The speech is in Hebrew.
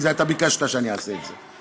כי אתה ביקשת שאני אעשה את זה.